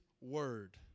word